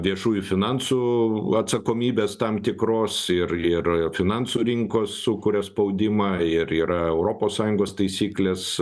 viešųjų finansų atsakomybės tam tikros ir ir finansų rinkos sukuria spaudimą ir yra europos sąjungos taisyklės